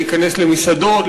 להיכנס למסעדות,